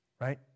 Right